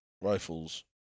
rifles